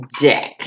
jack